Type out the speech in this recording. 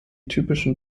typischen